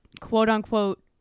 quote-unquote